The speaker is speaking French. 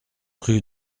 rue